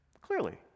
Clearly